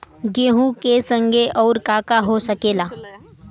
गेहूँ के संगे अउर का का हो सकेला?